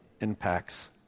impacts